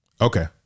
okay